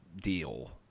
deal